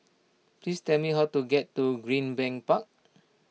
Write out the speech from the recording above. please tell me how to get to Greenbank Park